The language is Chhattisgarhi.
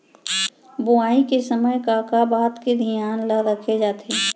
बुआई के समय का का बात के धियान ल रखे जाथे?